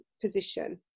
position